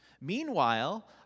Meanwhile